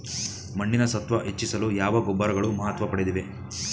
ಮಣ್ಣಿನ ಸತ್ವ ಹೆಚ್ಚಿಸಲು ಯಾವ ಗೊಬ್ಬರಗಳು ಮಹತ್ವ ಪಡೆದಿವೆ?